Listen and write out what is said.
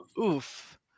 Oof